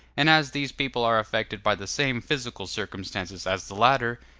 and as these people are affected by the same physical circumstances as the latter,